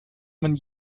man